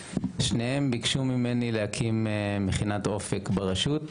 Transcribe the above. שניהם ביקשו ממני להקים מכינת אופק ברשות,